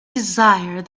desire